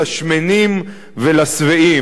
לשמנים ולשבעים.